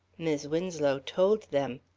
mis' winslow told them.